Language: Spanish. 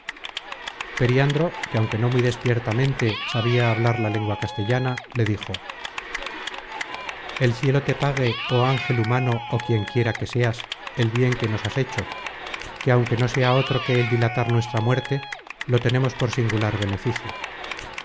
periandro que aunque no muy despiertamente sabia hablar la lengua castellana le dijo el cielo te pague oh ángel humano ó quien quiera que seas el bien que nos has hecho que aunque no sea otro que el dilatar nuestra muerte lo tenemos por singular beneficio